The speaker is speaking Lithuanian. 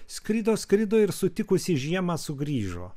skrido skrido ir sutikusi žiemą sugrįžo